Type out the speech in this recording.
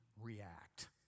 react